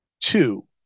two